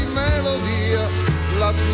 melodia